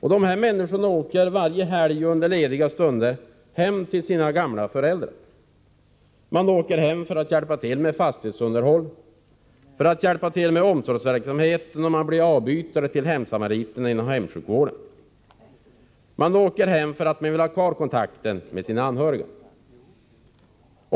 reser varje helg och under ledigheter hem till sina gamla föräldrar. Man åker hem för att hjälpa till med fastighetsunderhåll, för att hjälpa till med omsorgsverksamhet och för att bli avbytare för hemsamariter inom hemsjukvården. Man åker hem för att man vill ha kvar kontakten med sina anhöriga.